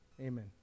amen